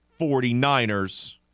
49ers